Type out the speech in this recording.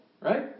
right